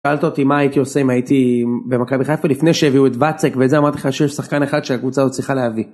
התקלת אותי מה הייתי עושה אם הייתי במכבי חיפה לפני שהביאו את וצק ואיזה אמרתי לך שיש שחקן אחד שהקבוצה עוד צריכה להביא.